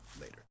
later